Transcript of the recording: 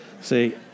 see